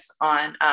On